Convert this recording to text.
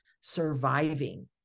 surviving